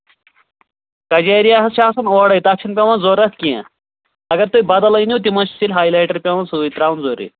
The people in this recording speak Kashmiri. کَجیرِیاہَس چھِ آسان اورَے تَتھ چھِنہٕ پٮ۪وان ضوٚرتھ کیٚنہہ اَگر تُہۍ بدل أنِو چھِ ہایلایٹَر پٮ۪وان سۭتۍ ترٛاوُن ضوٚرری